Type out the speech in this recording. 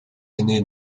aîné